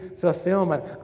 fulfillment